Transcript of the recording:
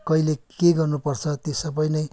कहिले के गर्नुपर्छ त्यो सबै नै